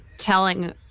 telling